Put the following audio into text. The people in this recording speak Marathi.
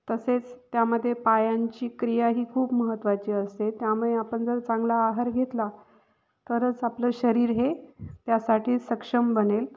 तसेच त्यामध्ये पायांची क्रिया ही खूप महत्त्वाची असते त्यामुळे आपण जर चांगला आहार घेतला तरच आपलं शरीर हे त्यासाठी सक्षम बनेल